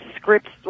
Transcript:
scripts